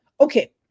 Okay